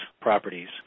properties